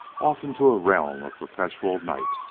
off into a realm of perpetual night.